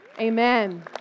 Amen